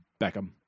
Beckham